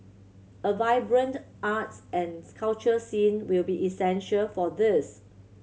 a vibrant arts and culture scene will be essential for this